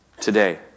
today